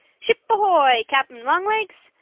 ship ahoy, cap'n long-legs!